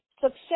Success